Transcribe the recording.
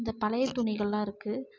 இந்த பழையத்துணிகள்லாம் இருக்கு